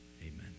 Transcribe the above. Amen